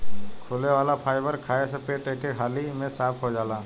घुले वाला फाइबर खाए से पेट एके हाली में साफ़ हो जाला